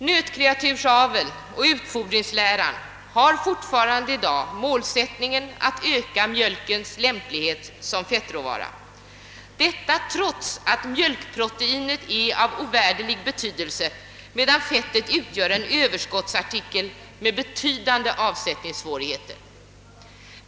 Nötkreatursaveln och utfodringsläran har fortfarande målsättningen att öka mjölkens lämplighet som fettråvara, trots att mjölkproteinet är av enorm betydelse medan fettet utgör en överskottsartikel med betydande avsättningssvårigheter.